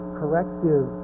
Corrective